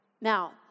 Now